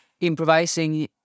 Improvising